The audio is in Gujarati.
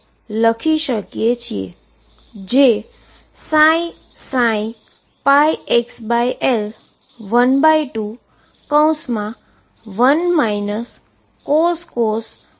તેથી આપણે πxL sin πxL πxL લખી શકું છું